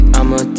I'ma